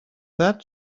that